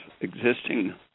existing